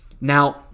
Now